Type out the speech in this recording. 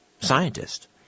scientist